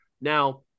Now